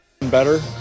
Better